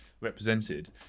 represented